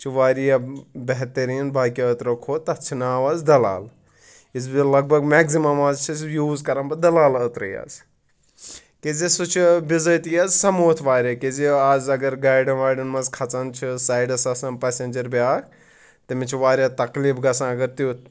یہِ چھُ واریاہ بہتریٖن باقِیو أترو کھۄت تَتھ چھِ ناو حظ دَلال یُس بیٚیہِ لَگ بَگ مٮ۪کزِمَم حظ چھُس بہٕ یوٗز کَران بہٕ دَلال أترٕے حظ کیٛازِ سُہ چھُ بِزٲتی حظ سَموتھ واریاہ کیٛازِ یہِ آز اَگر گاڑٮ۪ن واڑٮ۪ن منٛز کھسان چھِ سایڈَس آسان پَسٮ۪نجَر بیٛاکھ تٔمِس چھُ واریاہ تَکلیٖف گژھان اَگر تیُتھ